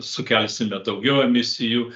sukelsime daugiau emisijų